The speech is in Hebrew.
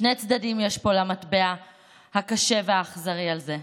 שני צדדים יש למטבע הקשה והאכזרי הזה: